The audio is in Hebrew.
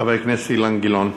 חבר הכנסת אילן גילאון.